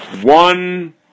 One